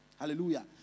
Hallelujah